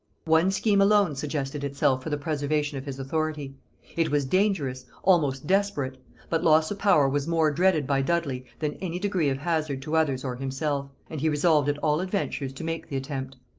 one scheme alone suggested itself for the preservation of his authority it was dangerous, almost desperate but loss of power was more dreaded by dudley than any degree of hazard to others or himself and he resolved at all adventures to make the attempt.